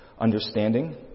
understanding